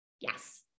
yes